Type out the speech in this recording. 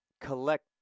collect